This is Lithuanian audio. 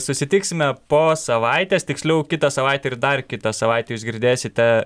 susitiksime po savaitės tiksliau kitą savaitę ir dar kitą savaitę jūs girdėsite